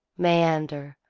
meander,